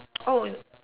oh